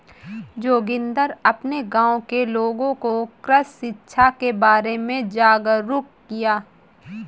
जोगिंदर अपने गांव के लोगों को कृषि शिक्षा के बारे में जागरुक किया